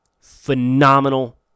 Phenomenal